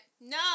no